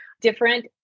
different